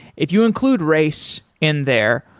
if you include race in there,